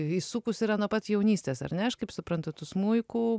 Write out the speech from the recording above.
įsukus yra nuo pat jaunystės ar ne aš kaip suprantu tu smuiku